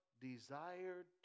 desired